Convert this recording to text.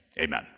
Amen